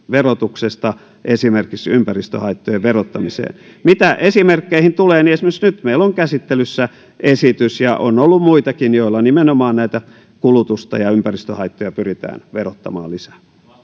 verotuksesta esimerkiksi ympäristöhaittojen verottamiseen mitä esimerkkeihin tulee niin esimerkiksi nyt meillä on käsittelyssä esitys ja on ollut muitakin joilla nimenomaan kulutusta ja ympäristöhaittoja pyritään verottamaan lisää